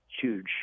huge